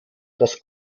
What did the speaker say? das